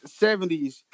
70s